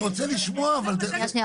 שנייה,